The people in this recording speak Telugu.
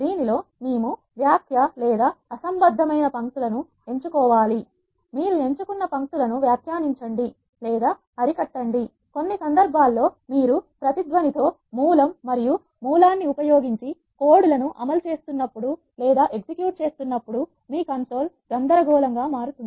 దీనిలో మేము వ్యాఖ్య లేదా అసంబద్ధమైన పంక్తులను ఎంచుకోవాలి మీరు ఎంచుకున్న పంక్తులను వ్యాఖ్యానించండి లేదా అరికట్టండి కొన్ని సందర్భాల్లో మీరు ప్రతిధ్వని తో మూలం మరియు మూలాన్ని ఉపయోగించి కోడ్ లను అమలు చేస్తున్నప్పుడు మీ కన్సోల్ గందరగోళంగా మారుతుంది